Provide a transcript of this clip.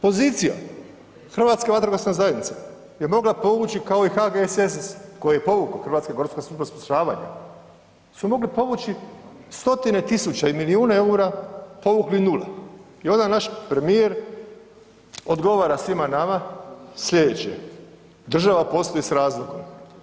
Pozicija, Hrvatska vatrogasna zajednica je mogla povući kao i HGSS koji je povukao, Hrvatska gorska služba spašavanja, su mogli povući stotine tisuća i milijune EUR-a, povukli nula i onda naš premijer odgovara svima nama slijedeće, država postoji s razlogom.